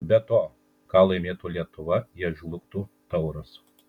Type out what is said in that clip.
be to ką laimėtų lietuva jei žlugtų tauras